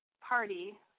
party